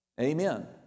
Amen